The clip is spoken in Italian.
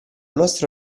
nostro